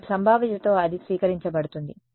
మరియు సంభావ్యతతో అది స్వీకరించబడుతుంది